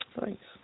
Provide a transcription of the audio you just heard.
Thanks